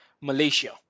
Malaysia